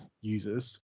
users